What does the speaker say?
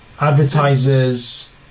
Advertisers